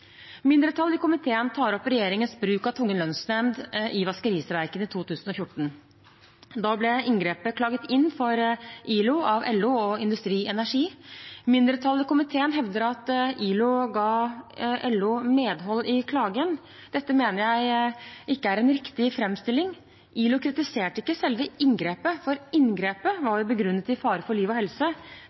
Mindretallet i komiteen tar opp regjeringens bruk av tvungen lønnsnemnd i vaskeristreiken i 2014. Da ble inngrepet klaget inn for ILO av LO og Industri Energi. Mindretallet i komiteen hevder at ILO ga LO medhold i klagen. Dette mener jeg ikke er en riktig framstilling. ILO kritiserte ikke selve inngrepet, for inngrepet var begrunnet i fare for liv og helse.